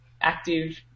active